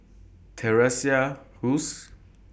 Teresa Hsu